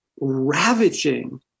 ravaging